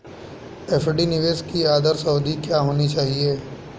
FD निवेश की आदर्श अवधि क्या होनी चाहिए?